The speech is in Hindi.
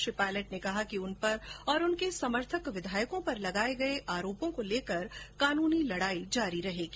श्री पायलट ने कहा कि उन पर और उनके समर्थक विधायकों पर लगाये गये आरोपों को लेकर कानूनी लड़ाई जारी रहेगी